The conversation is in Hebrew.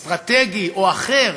אסטרטגי או אחר,